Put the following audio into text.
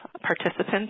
participants